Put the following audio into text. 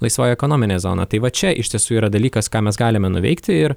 laisvoji ekonominė zona tai va čia iš tiesų yra dalykas ką mes galime nuveikti ir